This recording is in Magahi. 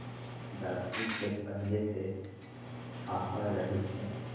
जात्री चेक पहिले से छापल रहै छइ